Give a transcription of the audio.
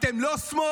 אתם לא שמאל,